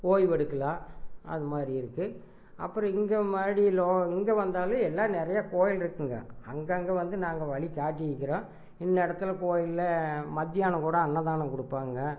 ஓய்வெடுக்கலாம் அது மாதிரி இருக்குது அப்புறம் இங்கே மறுபடியும் லோ இங்கே வந்தாலும் எல்லாம் நிறையா கோயில் இருக்குதுங்க அங்கங்கே வந்து நாங்கள் வழி காட்டிக்கிறோம் இன்ன இடத்துல கோயிலில் மத்தியானம் கூட அன்னதானம் கொடுப்பாங்க